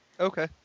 Okay